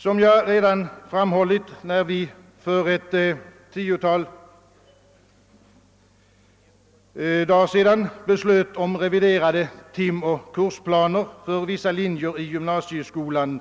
Som jag framhöll redan för ett tiotal dagar sedan, när vi beslöt om reviderade timoch kursplaner för vissa linjer i gymnasieskolan